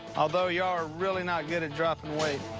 although you're really not good at dropping weight.